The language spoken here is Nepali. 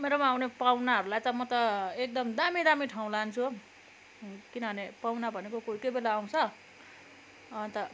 मेरोमा आउने पाहुनाहरूलाई त म त एकदम दामी दामी ठाउँ लान्छु हौ किनभने पाहुना भनेको कोही कोही बेला आउँछ अन्त